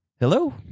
Hello